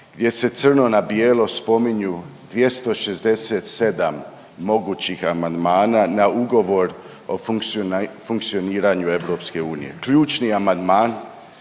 gdje se crno na bijelo spominju 267 mogućih amandmana na ugovor o funkcioniranju EU. Ključni amandman